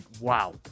Wow